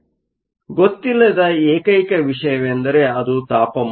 ಆದ್ದರಿಂದ ಗೊತ್ತಿಲ್ಲದ ಏಕೈಕ ವಿಷಯವೆಂದರೆ ಅದು ತಾಪಮಾನವಾಗಿದೆ